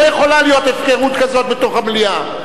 לא יכולה להיות הפקרות כזאת בתוך המליאה.